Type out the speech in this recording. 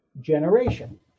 generation